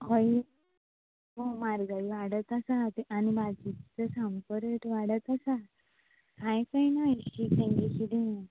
हय हय म्हारगाय वाडत आसा आनी भाजी भाजी तर रेट सामको वाडत आसा कांय कळना हें कितें म्हणून